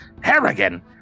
Harrigan